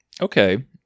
Okay